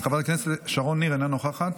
חברת הכנסת שרון ניר, אינה נוכחת,